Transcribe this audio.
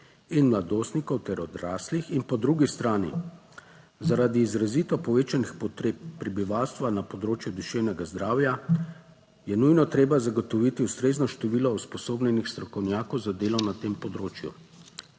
in mladostnikov ter odraslih in po drugi strani zaradi izrazito povečanih potreb prebivalstva na področju duševnega zdravja, je nujno treba zagotoviti ustrezno število usposobljenih strokovnjakov za delo na tem področju.